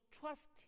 trust